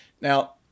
Now